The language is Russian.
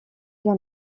для